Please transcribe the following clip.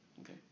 okay